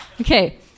Okay